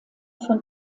von